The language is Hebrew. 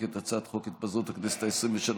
את הצעת חוק התפזרות הכנסת העשרים-ושלוש,